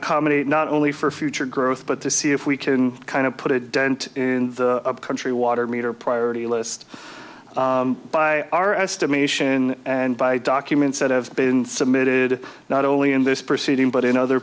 accommodate not only for future growth but to see if we can kind of put it dent in the country water meter priority list by our estimation and by documents that have been submitted not only in this proceeding but in other